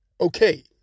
okay